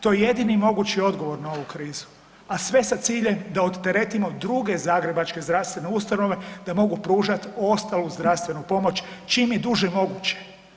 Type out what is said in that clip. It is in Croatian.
To je jedini mogući odgovor na ovu krizu, a sve sa ciljem da odteretimo druge zagrebačke zdravstvene ustanove da mogu pružati ostalu zdravstvenu pomoć čim je duže moguće.